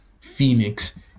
Phoenix